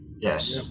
Yes